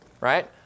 Right